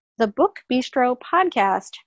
thebookbistropodcast